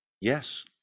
Yes